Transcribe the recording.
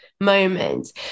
moment